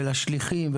ולשליחים,